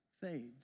fades